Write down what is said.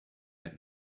and